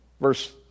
verse